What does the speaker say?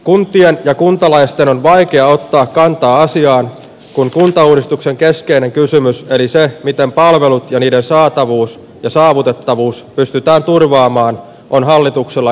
kuntien ja kuntalaisten on vaikea ottaa kantaa asiaan kun kuntauudistuksen keskeinen kysymys oli se miten palvelut ja niiden saatavuus ja saavutettavuus pystytään turvaamaan on hallituksella